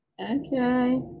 Okay